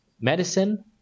medicine